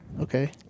Okay